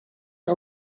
que